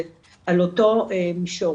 זה על אותו מישור,